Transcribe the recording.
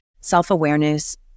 self-awareness